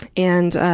and